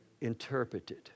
interpreted